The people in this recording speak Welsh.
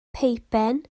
peipen